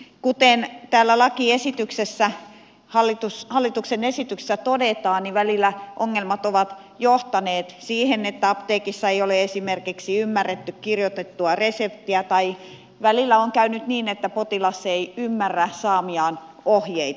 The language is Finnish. kuten täällä hallituksen esityksessä todetaan välillä ongelmat ovat johtaneet siihen että apteekissa ei ole esimerkiksi ymmärretty kirjoitettua reseptiä tai välillä on käynyt niin että potilas ei ymmärrä saamiaan ohjeita